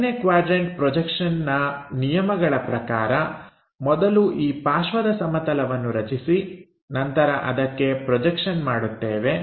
ಮೊದಲನೇ ಕ್ವಾಡ್ರನ್ಟ ಪ್ರೊಜೆಕ್ಷನ್ನ ನಿಯಮಗಳ ಪ್ರಕಾರ ಮೊದಲು ಈ ಪಾರ್ಶ್ವದ ಸಮತಲವನ್ನು ರಚಿಸಿ ನಂತರ ಅದಕ್ಕೆ ಪ್ರೊಜೆಕ್ಷನ್ ಮಾಡುತ್ತೇವೆ